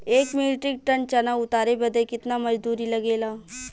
एक metric ton चना उतारे बदे कितना मजदूरी लगे ला?